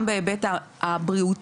גם בהיבט הבריאות,